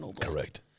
correct